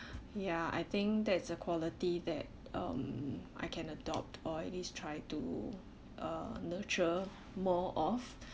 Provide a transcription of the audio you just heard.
ya I think that's a quality that um I can adopt or at least try to uh nurture more of